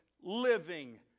living